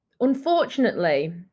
unfortunately